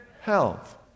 health